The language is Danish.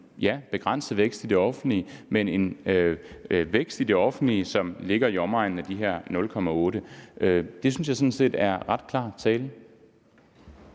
en begrænset vækst i den offentlige sektor, ja, men en vækst i det offentlige, som ligger i omegnen af de her 0,8 pct. Det synes jeg sådan set er ret klar tale.